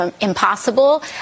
impossible